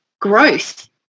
growth